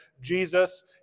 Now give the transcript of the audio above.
Jesus